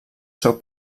seu